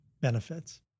benefits